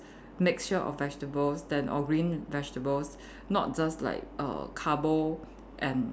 mixture of vegetables then or green vegetables not just like err carbo and